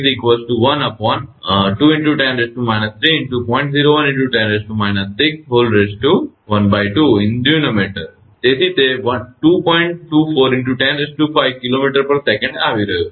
24 × 105 kmsec આવી રહ્યું છે